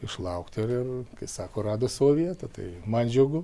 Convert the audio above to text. išlaukti ir kai sako rado savo vietą tai man džiugu